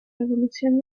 revolución